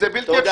זה בלתי אפשרי?